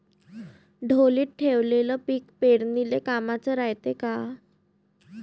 ढोलीत ठेवलेलं पीक पेरनीले कामाचं रायते का?